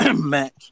Mac